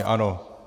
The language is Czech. Ano.